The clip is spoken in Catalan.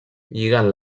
lligant